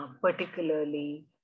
particularly